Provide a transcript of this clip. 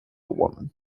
woman